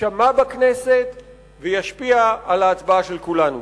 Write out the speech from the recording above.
יישמע בכנסת וישפיע על ההצבעה של כולנו.